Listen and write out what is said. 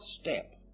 step